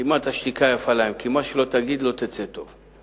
כמעט השתיקה יפה להם, כי מה שלא תגיד לא תצא טוב.